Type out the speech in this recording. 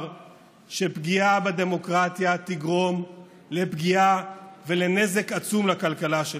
שפגיעה בדמוקרטיה תגרום לפגיעה ולנזק עצום לכלכלה שלנו.